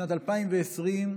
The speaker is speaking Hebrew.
בשנת 2020,